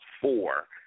four